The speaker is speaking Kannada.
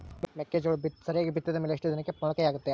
ಮೆಕ್ಕೆಜೋಳವು ಸರಿಯಾಗಿ ಬಿತ್ತಿದ ಮೇಲೆ ಎಷ್ಟು ದಿನಕ್ಕೆ ಮೊಳಕೆಯಾಗುತ್ತೆ?